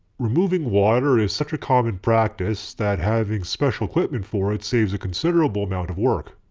removing water is such a common practice that having special equipment for it saves a considerable amount of work.